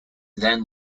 then